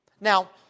Now